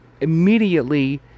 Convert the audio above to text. immediately